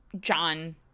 John